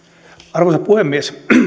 arvoisa puhemies